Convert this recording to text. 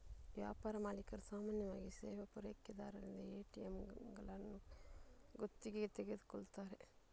ವ್ಯಾಪಾರ ಮಾಲೀಕರು ಸಾಮಾನ್ಯವಾಗಿ ಸೇವಾ ಪೂರೈಕೆದಾರರಿಂದ ಎ.ಟಿ.ಎಂಗಳನ್ನು ಗುತ್ತಿಗೆಗೆ ತೆಗೆದುಕೊಳ್ಳುತ್ತಾರೆ